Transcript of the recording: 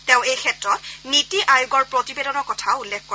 তেওঁ এইক্ষেত্ৰত নিটি আয়োগৰ প্ৰতিবেদনৰ কথা উল্লেখ কৰে